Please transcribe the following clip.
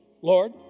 Lord